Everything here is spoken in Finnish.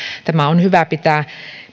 tämä on hyvä pitää